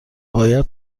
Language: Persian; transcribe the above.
باید